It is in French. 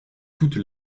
toute